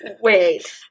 Wait